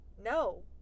no